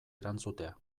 erantzutea